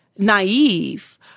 Naive